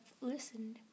listened